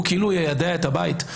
שהוא כאילו יידע את הבית.